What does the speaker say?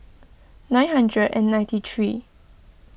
nine hundred and ninety three